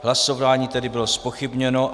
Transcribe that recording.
Hlasování tedy bylo zpochybněno.